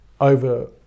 over